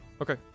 Okay